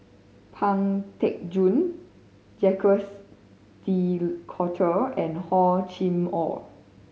Pang Teck Joon Jacques De Coutre and Hor Chim Or